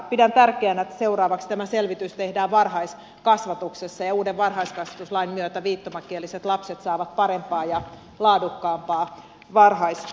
pidän tärkeänä että seuraavaksi tämä selvitys tehdään varhaiskasvatuksessa ja uuden varhaiskasvatuslain myötä viittomakieliset lapset saavat parempaa ja laadukkaampaa varhaiskasvatusta